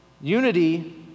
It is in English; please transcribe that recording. Unity